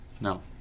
no